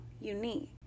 unique